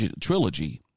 trilogy